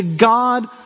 God